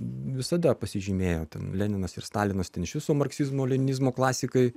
visada pasižymėjo ten leninas ir stalinas ten iš viso marksizmo leninizmo klasikai